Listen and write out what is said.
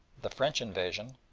the french invasion,